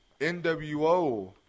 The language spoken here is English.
NWO